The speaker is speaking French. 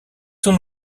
son